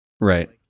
Right